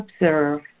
observe